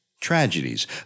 tragedies